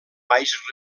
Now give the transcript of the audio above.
baix